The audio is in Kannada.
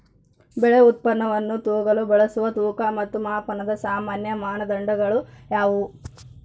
ಬೆಳೆ ಉತ್ಪನ್ನವನ್ನು ತೂಗಲು ಬಳಸುವ ತೂಕ ಮತ್ತು ಮಾಪನದ ಸಾಮಾನ್ಯ ಮಾನದಂಡಗಳು ಯಾವುವು?